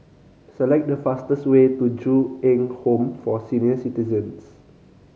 select the fastest way to Ju Eng Home for Senior Citizens